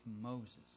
Moses